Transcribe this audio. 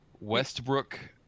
Westbrook